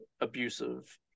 abusive